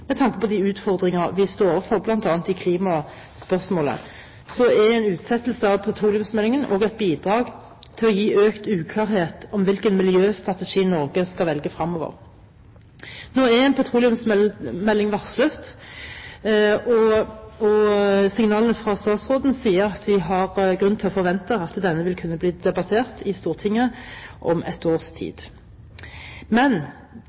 med tanke på de utfordringer vi står overfor, bl.a. i klimaspørsmålet. En utsettelse av petroleumsmeldingen er også et bidrag til å gi økt uklarhet om hvilken miljøstrategi Norge skal velge fremover. Nå er en petroleumsmelding varslet, og signalene fra statsråden sier at vi har grunn til å forvente at denne vil kunne bli debattert i Stortinget om et års tid. Men